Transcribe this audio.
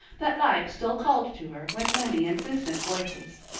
that life still called to her with many insistent voices.